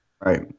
Right